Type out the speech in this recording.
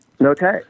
Okay